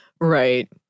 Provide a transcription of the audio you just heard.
Right